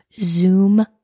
zoom